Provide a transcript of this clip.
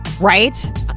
Right